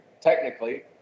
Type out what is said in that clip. technically